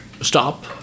stop